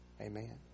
Amen